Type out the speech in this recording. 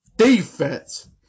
defense